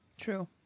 True